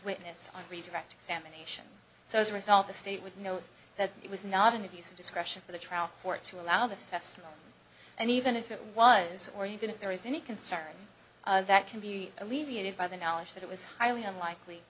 witness on redirect examination so as a result the state would know that it was not an abuse of discretion for the trial court to allow this test and even if it was or even if there is any concern that can be alleviated by the knowledge that it was highly unlikely